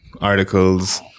articles